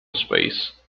space